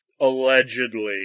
allegedly